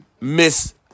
Miss